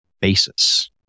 basis